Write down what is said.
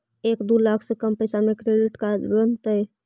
एक दू लाख से कम पैसा में क्रेडिट कार्ड बनतैय?